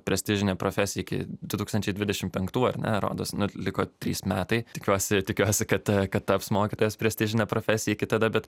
prestižinė profesija iki du tūkstančiai dvidešim penktų ar ne rodos liko trys metai tikiuosi tikiuosi kad kad taps mokytojas prestižine profesija iki tada bet